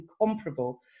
incomparable